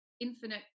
infinite